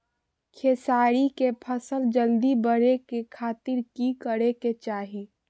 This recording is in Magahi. खेसारी के फसल जल्दी बड़े के खातिर की करे के चाही?